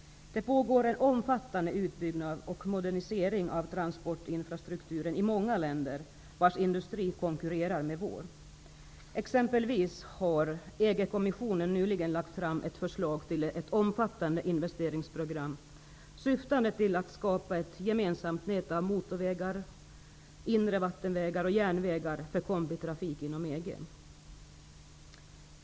Det pågår en omfattande utbyggnad och modernisering av transportinfrastrukturen i många länder, vilkas industri konkurrerar med vår. Exempelvis har EG-kommissionen nyligen lagt fram ett förslag till ett omfattande investeringsprogram, syftande till att skapa ett gemensamt nät av motorvägar, inre vattenvägar och järnvägar för kombitrafiken inom EG.